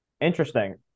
Interesting